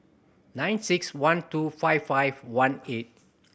nine six one two five five one eight